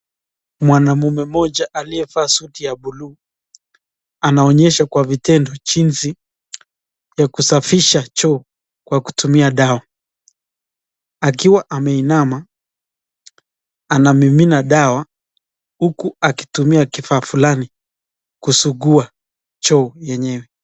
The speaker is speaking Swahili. Mwanamume moja aliyevaa suti ya buluu, anaonyesha kwa vitendo jinsi ya kusafisha choo kwa kutumia dawa, akiwa ameinama anamimina dawa huku akitumia kifaa fulani kusugua choo yenyewe.